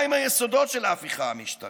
מהם היסודות של ההפיכה המשטרית?